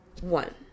One